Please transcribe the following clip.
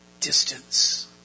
distance